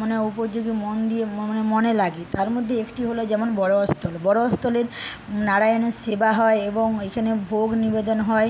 মানে ওপর দিকে মন দিয়ে মনে লাগে তার মধ্যে একটি হল যেমন বড় অস্থল বড় অস্থলে নারায়ণের সেবা হয় এবং ওইখানে ভোগ নিবেদন হয়